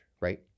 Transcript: right